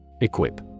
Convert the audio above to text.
Equip